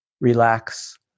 relax